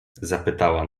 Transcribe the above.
zapytała